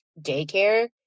daycare